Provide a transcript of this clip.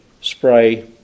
spray